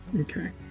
Okay